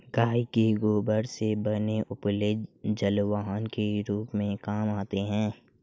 गाय के गोबर से बने उपले जलावन के रूप में काम आते हैं